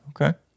Okay